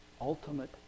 ultimate